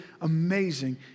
amazing